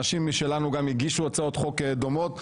אנשים משלנו גם הגישו הצעות חוק דומות,